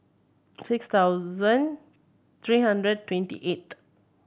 takes thousand three hundred twenty eight